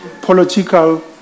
political